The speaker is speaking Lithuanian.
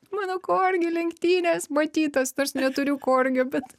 mano korgių lenktynės matytos nors neturiu korgio bet